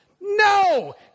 No